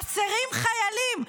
חסרים חיילים.